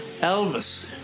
Elvis